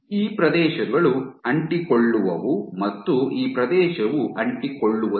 ಈ ಪ್ರದೇಶಗಳು ಅಂಟಿಕೊಳ್ಳುವವು ಮತ್ತು ಈ ಪ್ರದೇಶವು ಅಂಟಿಕೊಳ್ಳುವಂತಿಲ್ಲ